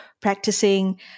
Practicing